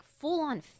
full-on